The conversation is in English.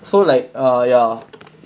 so like uh ya